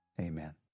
Amen